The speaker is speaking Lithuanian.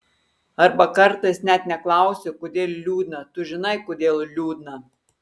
arba kartais net neklausi kodėl liūdna tu žinai kodėl liūdna